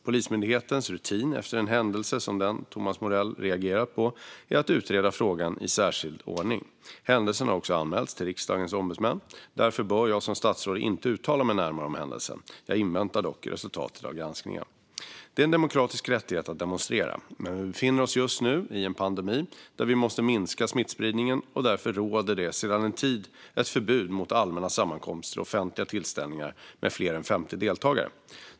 Polismyndighetens rutin efter en händelse som den som Thomas Morell reagerat på är att utreda frågan i särskild ordning. Händelsen har också anmälts till Riksdagens ombudsmän. Därför bör jag som statsråd inte uttala mig närmare om händelsen. Jag inväntar dock resultatet av granskningen. Det är en demokratisk rättighet att demonstrera. Men vi befinner oss just nu i en pandemi där vi måste minska smittspridningen, och därför råder det sedan en tid ett förbud mot allmänna sammankomster och offentliga tillställningar med fler än 50 deltagare.